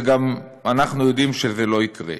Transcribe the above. אנחנו יודעים שזה לא יקרה.